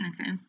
Okay